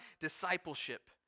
discipleship